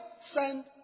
send